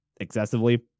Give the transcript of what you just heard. excessively